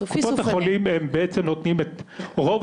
קופות החולים הם בעצם נותנים את רוב